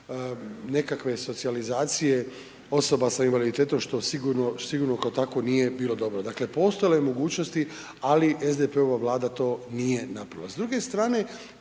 nekakve socijalizacije osoba sa invaliditetom što sigurno, sigurno kao takvo nije bilo dobro. Dakle, postojalo je mogućnosti, ali SDP-ova Vlada to nije napravila.